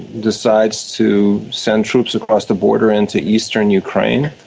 decides to send troops across the border into eastern ukraine.